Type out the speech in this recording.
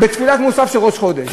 תפילין בתפילת מוסף של ראש חודש,